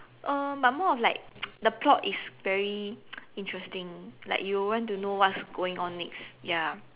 um but more of like the plot is very interesting like you will want to know what's going on next ya